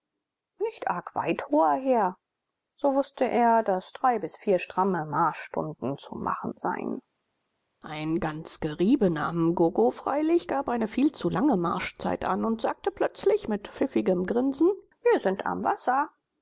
nicht arg weit hoher herr so wußte er daß drei bis vier stramme marschstunden zu machen seien ein ganz geriebener mgogo freilich gab eine viel zu lange marschzeit an und sagte plötzlich mit pfiffigem grinsen wir sind am wasser